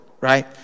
right